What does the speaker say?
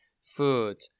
food